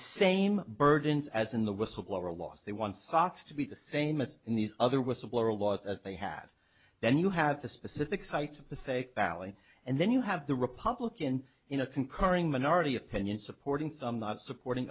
same burdens as in the whistleblower laws they want socks to be the same as in these other whistleblower laws as they had then you have the specific site to say bally and then you have the republican in a concurring minority opinion supporting some not supporting